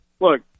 look